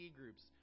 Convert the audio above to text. groups